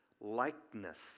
likeness